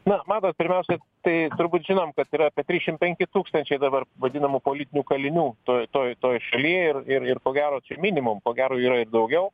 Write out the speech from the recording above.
na matot pirmiausia tai turbūt žinom kad yra apie trisdešim penki tūkstančiai dabar vadinamų politinių kalinių toj toj toj šaly ir ir ir ko gero čia minimum ko gero yra ir daugiau